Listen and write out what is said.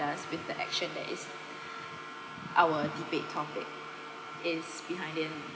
does with the action that is our debate topic is behind